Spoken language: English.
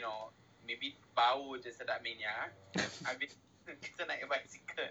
you know maybe bau jer sedap mania habis tu kita nak bicycle